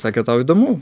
sakė tau įdomu